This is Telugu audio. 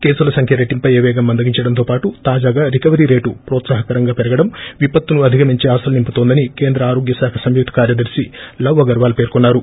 కేసుల సంఖ్య రెట్టింపయ్యే వేగం మందగించడంతో పాటు తాజాగా రికవరీ రేటు ప్రోత్సాహకరంగా పెరగడం విపత్తును అధిగమించే ఆశలు నింపుతోందని కేంద్ర ఆరోగ్య శాఖా సంయుక్త కార్యదర్శి లవ్ అగర్వాల్ పేర్కున్నారు